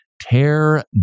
tear